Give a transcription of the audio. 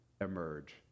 emerge